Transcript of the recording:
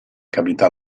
cavità